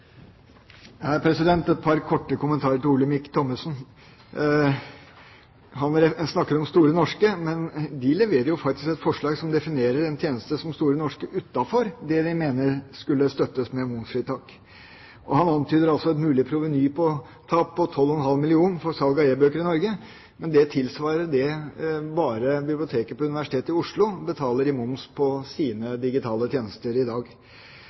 Et par korte kommentarer til Olemic Thommessen. Han snakker om Store norske leksikon. Men de leverer jo faktisk et forslag som definerer en tjeneste som Store norske utenfor det de mener skulle støttes med momsfritak. Han antyder også et mulig provenytap på 12,5 mill. kr for salg av e-bøker i Norge, men det tilsvarer det bare biblioteket på Universitetet i Oslo betaler i moms på sine digitale tjenester i dag.